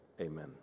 Amen